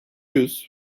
yüz